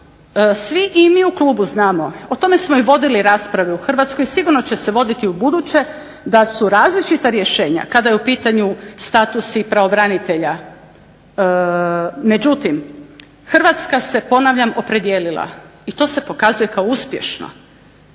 svi, i mi u klubu znamo, o tome smo i vodili rasprave, u Hrvatskoj sigurno će se voditi ubuduće da su različita rješenja, kada je u pitanju statusi pravobranitelja, međutim Hrvatska se ponavljam opredijelila i to se pokazuje kao uspješno